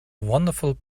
wonderful